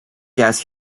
gas